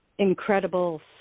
incredible